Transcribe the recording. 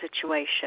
situation